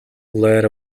led